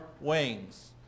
wings